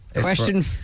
Question